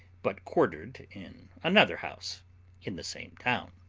but quartered in another house in the same town.